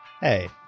Hey